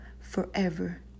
forever